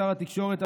שר התקשורת,